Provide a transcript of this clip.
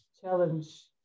challenge